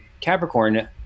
Capricorn